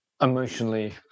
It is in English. emotionally